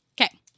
Okay